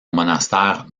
monastère